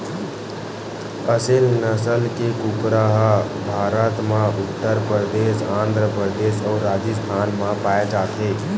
असेल नसल के कुकरा ह भारत म उत्तर परदेस, आंध्र परदेस अउ राजिस्थान म पाए जाथे